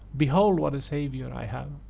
behold what a saviour i have!